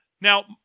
Now